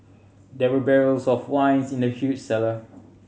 there were barrels of wine in the huge cellar